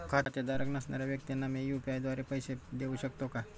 खातेधारक नसणाऱ्या व्यक्तींना मी यू.पी.आय द्वारे पैसे देऊ शकतो का?